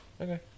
Okay